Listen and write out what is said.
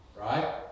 right